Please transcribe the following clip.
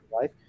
life